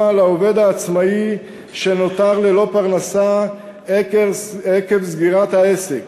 לעובד העצמאי שנותר ללא פרנסה עקב סגירת העסק.